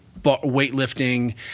weightlifting